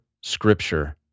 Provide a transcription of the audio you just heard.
scripture